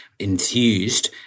enthused